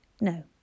No